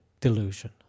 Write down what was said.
delusion